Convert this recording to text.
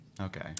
Okay